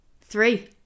three